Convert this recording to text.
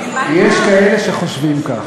יש כאלה שחושבים כך.